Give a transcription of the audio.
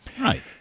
Right